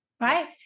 right